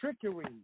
trickery